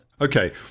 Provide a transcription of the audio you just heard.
Okay